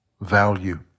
value